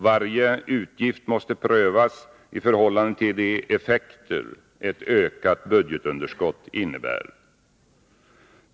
Varje utgift måste prövas med hänsyn till de effekter som ett ökat underskott medför.